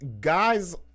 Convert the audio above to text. guys